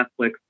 Netflix